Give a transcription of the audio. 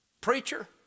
Preacher